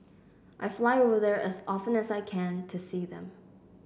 I fly over there as often as I can to see them